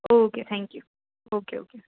okay thank you okay okay